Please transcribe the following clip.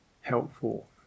helpful